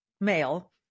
male